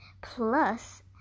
plus